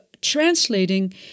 translating